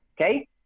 Okay